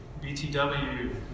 btw